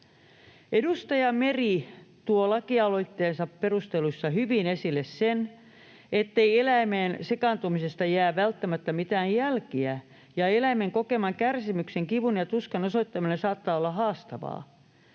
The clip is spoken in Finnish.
Edustaja Meri tuo lakialoitteensa perusteluissa hyvin esille sen, ettei eläimeen sekaantumisesta jää välttämättä mitään jälkiä ja eläimen kokeman kärsimyksen, kivun ja tuskan osoittaminen saattaa olla haastavaa.